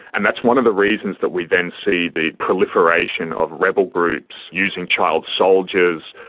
and that's one of the reasons that we then see the proliferation of rebel groups using child soldiers,